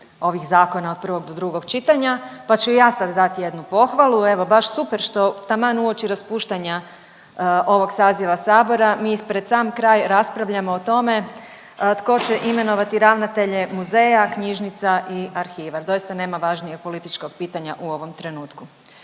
ovih zakona od prvog do drugo čitanja, pa ću i ja sad dati jednu pohvalu. Evo baš super što taman uoči raspuštanja ovog saziva sabora mi pred sam kraj raspravljamo o tome tko će imenovati ravnatelje muzeja, knjižnica i arhiva. Doista nema važnijeg političkog pitanja u ovom trenutku.